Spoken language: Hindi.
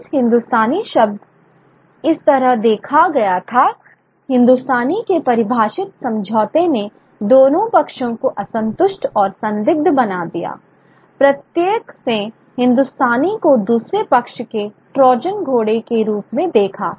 इस हिंदुस्तानी शब्द इस तरह देखा गया था हिंदुस्तानी के पारिभाषिक समझौते ने दोनों पक्षों को असंतुष्ट और संदिग्ध बना दिया प्रत्येक ने हिंदुस्तानी को दूसरे पक्ष के ट्रोजन घोड़े के रूप में देखा